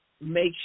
make